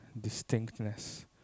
distinctness